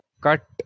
cut